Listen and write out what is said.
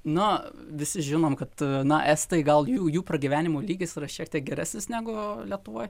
na visi žinom kad na estai gal jų jų pragyvenimo lygis yra šiek tiek geresnis negu lietuvoj